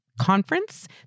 conference